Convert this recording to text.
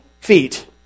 feet